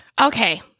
Okay